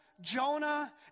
Jonah